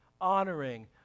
honoring